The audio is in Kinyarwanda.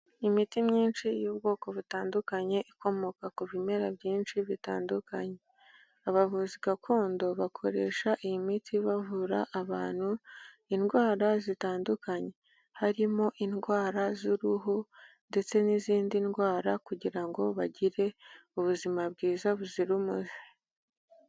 Imiti myinshi y'ubwoko butandukanye ikomoka ku bimera byinshi bitandukanye, abavuzi gakondo bakoresha iyi miti bavura abantu indwara zitandukanye, harimo indwara z'uruhu ndetse n'izindi ndwara kugira ngo bagire ubuzima bwiza buzira umuze.